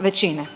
većine.